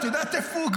את יודעת איפה הוא,